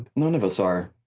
none of us are.